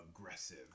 aggressive